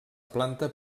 planta